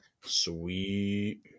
sweet